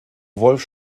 wolf